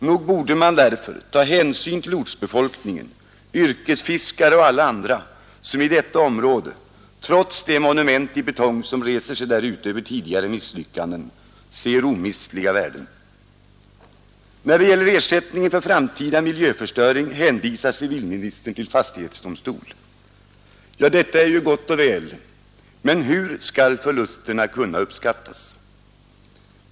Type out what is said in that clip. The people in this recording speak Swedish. Nog borde man därför ta hänsyn till ortsbefolkningen, Torsdagen den yrkesfiskare och alla andra, som i detta område — trots det monument i 18 november 1971 betong som reser sig därute över tidigare misslyckanden — ser omistliga När det gäller ersättningen för framtida miljöförstöring hänvisar utbyggnaden av civilministern till fastighetsdomstol. Ja, detta är ju gott och väl, men hur Marvikens kraftstation skall förlusterna kunna uppskattas?